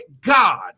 God